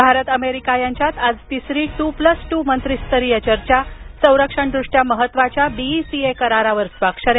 Bharat America यांच्यात आज तिसरी टू प्लस टू मंत्रीस्तरीय चर्चा संरक्षणदृष्ट्या महत्त्वाच्या बी ई सी ए करारावर स्वाक्षऱ्या